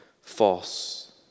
false